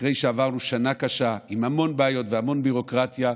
אחרי שעברנו שנה קשה עם המון בעיות והמון ביורוקרטיה,